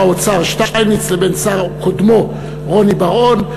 האוצר שטייניץ לבין קודמו רוני בר-און.